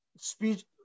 speech